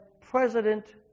President